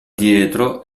dietro